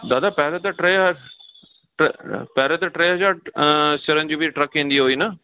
दादा पहिरें त टे टे पहिरें त टे हज़ार सिरनि जी बि ट्रक ईंदी हुई न